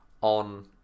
on